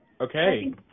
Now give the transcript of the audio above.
Okay